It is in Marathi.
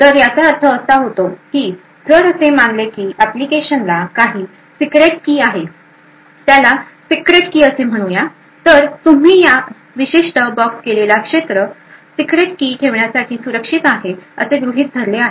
तर याचा अर्थ असा आहे की जर असे मानले की एप्लीकेशनला काही सीक्रेट की आहे त्याला सीक्रेट की असे म्हणूया तर तुम्ही हा विशिष्ट बॉक्स केलेला क्षेत्र सीक्रेट की ठेवण्यासाठी सुरक्षित आहे असे गृहित धरले आहे